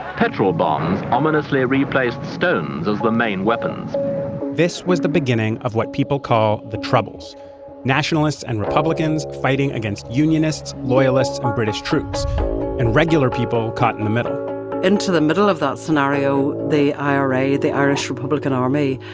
petrol bombs ominously replaced stones as the main weapons this was the beginning of what people call the troubles nationalists and republicans fighting against unionists, loyalists and ah british troops and regular people caught in the middle into the middle of that scenario, the ira, the irish republican army,